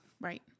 Right